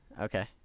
Okay